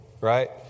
right